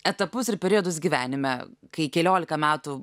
etapus ir periodus gyvenime kai keliolika metų